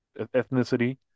ethnicity